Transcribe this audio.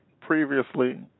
previously